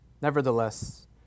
Nevertheless